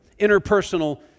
Interpersonal